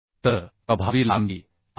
तर प्रभावी लांबी 8